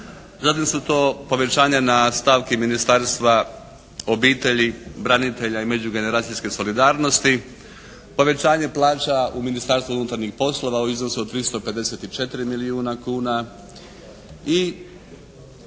zatim su to povećanja na stavki Ministarstva obitelji, branitelja i međugeneracijske solidarnosti, povećanje plaća u Ministarstvu unutarnjih poslova u iznosu od 354 milijuna kuna i